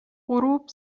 غروب